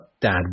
Dad